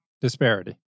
disparity